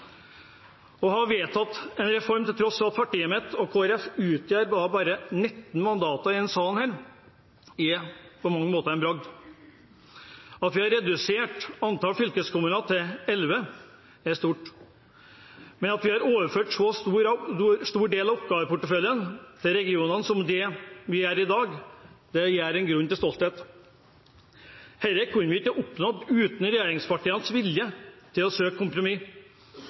Å ha vedtatt en reform til tross for at partiet mitt og Kristelig Folkeparti utgjør 19 mandater i denne salen, er på mange måter en bragd. At vi har redusert antall fylkeskommuner til 11, er stort. Men at vi overfører en så stor oppgaveportefølje til regionene som det vi gjør i dag, gir grunn til stolthet . Dette kunne vi ikke ha oppnådd uten regjeringspartienes vilje til å søke kompromiss,